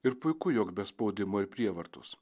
ir puiku jog be spaudimo ir prievartos